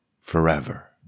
forever